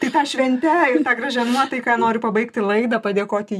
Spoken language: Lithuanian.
tai ta švente ta gražia nuotaika noriu pabaigti laidą padėkoti